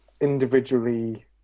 individually